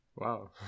Wow